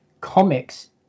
comics